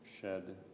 shed